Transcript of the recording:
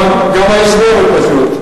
גם ההסבר הוא פשוט.